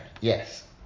Yes